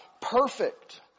perfect